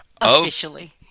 officially